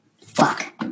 Fuck